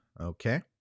okay